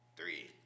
three